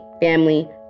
family